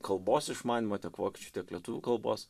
kalbos išmanymo tiek vokiečių tiek lietuvių kalbos